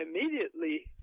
immediately